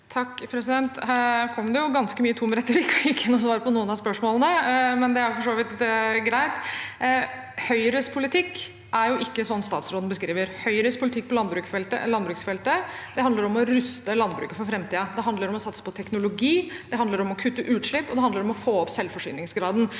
(H) Her kom det ganske mye tom retorikk og ikke noe svar på noen av spørsmålene – men det er for så vidt greit. Høyres politikk er jo ikke sånn statsråden beskriver. Høyres politikk på landbruksfeltet handler om å ruste landbruket for framtiden. Det handler om å satse på teknologi, det handler om å kutte utslipp, og det handler om å få opp selvforsyningsgraden.